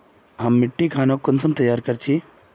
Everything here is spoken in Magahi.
हम मिट्टी खानोक कुंसम तैयार कर छी?